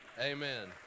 amen